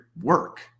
work